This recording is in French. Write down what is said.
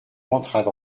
entrent